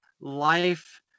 life